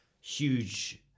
huge